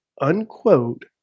unquote